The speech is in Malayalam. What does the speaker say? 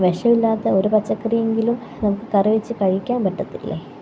വിഷമില്ലാത്ത ഒരു പച്ചക്കറിയെങ്കിലും നമുക്ക് കറി വച്ച് കഴിക്കാൻ പറ്റത്തില്ലേ